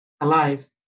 alive